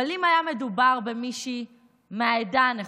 אבל אם היה מדובר במישהי מהעדה הנכונה,